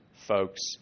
folks